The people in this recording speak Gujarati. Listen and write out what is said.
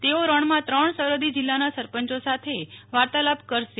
તેઓ રણમાં ત્રણ સરહદી જિલ્લાના સરપંચો સાથે વાર્તાલાપ કરશે